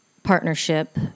Partnership